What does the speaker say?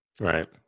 Right